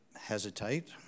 hesitate